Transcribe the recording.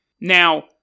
Now